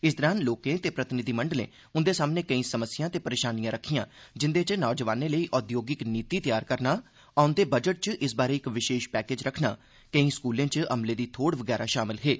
इस दरान लोकें ते प्रतिनिधिमंडलें उंदे सामने केंई समस्यां ते परेशानियां पुष्टियां जिंदे च नौजोआने लेई औधोगिक नीति तैयार करना औंदे बजट च इस बारै इक वशेश पैकेज रक्खना केंई स्कूले च अमले दी थौड़ बगैराह शामल हे